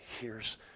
hears